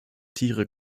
tiere